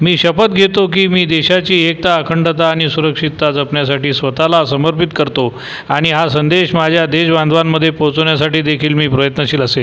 मी शपथ घेतो की मी देशाची एकता अखंडता आणि सुरक्षितता जपण्यासाठी स्वतःला समर्पित करतो आणि हा संदेश माझ्या देशबांधवांमध्ये पोहोचवण्यासाठी देखील मी प्रयत्नशील असेन